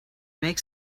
make